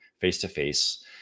face-to-face